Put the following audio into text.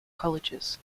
colleges